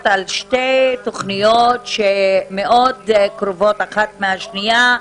על שתי תוכניות שמאוד קרובות אחת לשנייה,